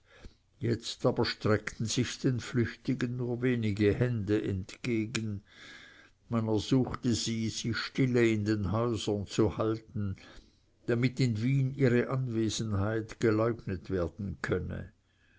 jetzt aber streckten sich den flüchtigen nur wenige hände entgegen man ersuchte sie sich stille in den häusern zu halten damit in wien ihre anwesenheit geleugnet werden könne